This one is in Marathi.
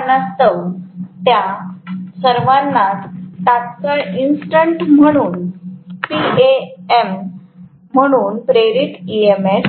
त्या कारणास्तव त्या सर्वांनाच तत्काळ इन्स्टंट म्हणून पीएम म्हणून प्रेरित ईएमएफ